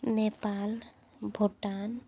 Nepal Bhutan